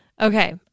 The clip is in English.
Okay